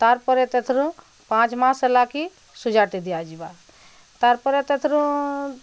ତାର୍ ପରେ ତେଥରୁଁ ପାଞ୍ଚ୍ ମାସ୍ ହେଲାକି ସୁଜାଟେ ଦିଆଯିବା ତାର୍ ପରେ ତେଥରୁଁ